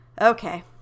Okay